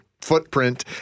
footprint